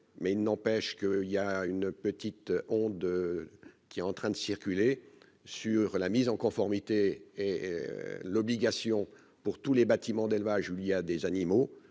mais il n'empêche qu'il y a une petite onde qui est en train de circuler sur la mise en conformité et l'obligation pour tous les bâtiments d'élevage, il y a des animaux